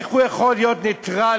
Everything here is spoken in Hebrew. איך הוא יכול להיות נייטרלי?